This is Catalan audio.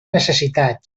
necessitats